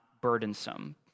burdensome